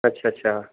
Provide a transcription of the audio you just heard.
ਅੱਛਾ ਅੱਛਾ